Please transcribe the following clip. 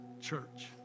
church